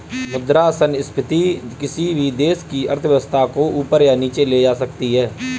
मुद्रा संस्फिति किसी भी देश की अर्थव्यवस्था को ऊपर या नीचे ले जा सकती है